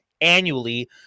annually